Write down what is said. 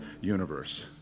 universe